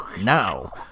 now